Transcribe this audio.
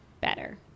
better